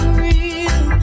real